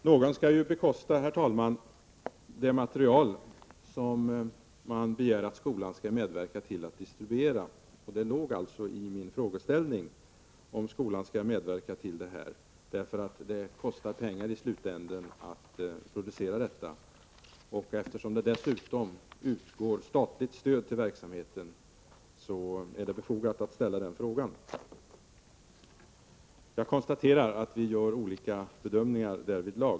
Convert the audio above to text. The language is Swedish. Herr talman! Någon skall ju bekosta det material som man begär att skolan skall medverka till att distribuera. Det låg alltså i min fråga huruvida skolan skall medverka till detta. Det kostar nämligen i slutändan pengar att producera detta material. Eftersom det dessutom utgår statligt stöd till verksamheten, är det befogat att ställa den frågan. Jag konstaterar att vi härvidlag gör olika bedömningar.